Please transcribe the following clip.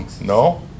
No